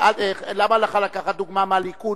למה לך לקחת דוגמה מהליכוד,